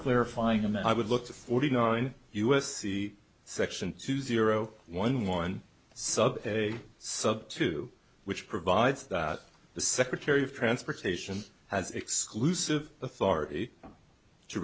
clarifying and i would look to forty nine u s c section two zero one one sub sub two which provides that the secretary of transportation has exclusive authority to